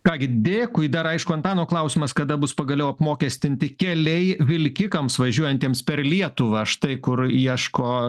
ką gi dėkui dar aišku antano klausimas kada bus pagaliau apmokestinti keliai vilkikams važiuojantiems per lietuvą štai kur ieško